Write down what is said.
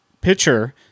pitcher